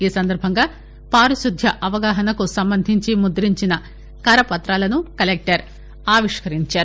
ఈ సందర్బంగా పారిశుద్య అవగాహనకు సంబంధించి ముద్దించిన కరపుతాలను కలెక్టర్ ఆవిష్కరించారు